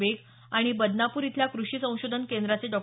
बेग आणि बदनापूर इथल्या कृषी संशोधन केंद्राचे डॉ